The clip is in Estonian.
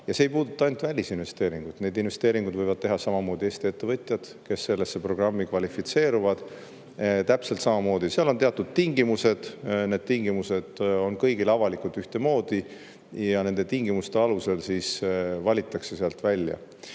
Ja see ei puuduta ainult välisinvesteeringuid. Neid investeeringuid võivad teha Eesti ettevõtjad, kes sellesse programmi kvalifitseeruvad, täpselt samamoodi. Seal on teatud tingimused, need tingimused on kõigi jaoks avalikult ühesugused ja nende tingimuste alusel nad [need ettevõtted]